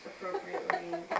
appropriately